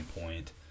point